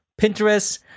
pinterest